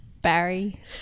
Barry